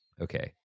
Okay